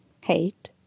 Hate